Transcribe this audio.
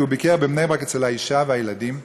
כי הוא ביקר בבני ברק אצל האישה והילדים,